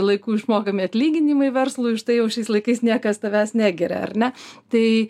laiku išmokami atlyginimai verslui štai jau šiais laikais niekas tavęs negiria ar ne tai